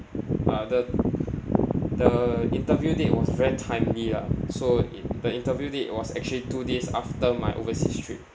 uh the the interview date was very timely lah so it the interview date was actually two days after my overseas trip